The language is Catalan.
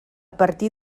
partir